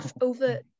over